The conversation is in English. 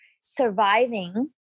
surviving